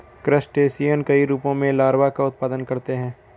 crustacean कई रूपों में लार्वा का उत्पादन करते हैं